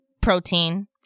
protein